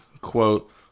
quote